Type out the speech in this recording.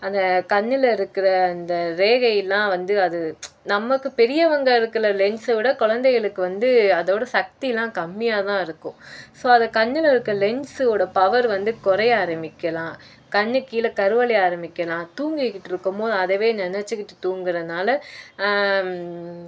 அந்த கண்ணில் இருக்கிற அந்த ரேகையெல்லாம் வந்து அது நமக்கு பெரியவங்கள் இருக்கிற லென்ஸ்ஸை விட குலந்தைகளுக்கு வந்து அதோடய சக்தியெலாம் கம்மியாக தான் இருக்கும் ஸோ அது கண்ணில் இருக்கிற லென்ஸ்ஸோட பவர் வந்து குறைய ஆரமிக்கலாம் கண்ணுக்கு கீழே கருவளையம் ஆரமிக்கலாம் தூங்கிக்கிட்டு இருக்கும் போது அதைவே நினைச்சுக்கிட்டு தூங்குகிறனால